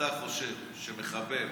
אתה חושב שהמחבל,